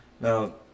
Now